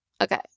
okay